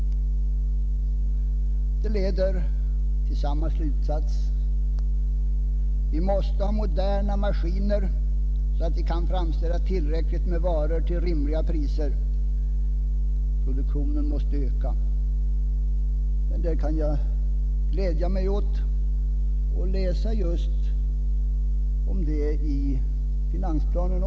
Detta leder till samma slutsats: Vi måste ha moderna maskiner, så att vi kan framställa tillräckligt med varor till rimliga priser — produktionen måste öka. Jag kan glädja mig åt att detta står att läsa även i finansplanen.